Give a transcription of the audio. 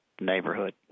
neighborhood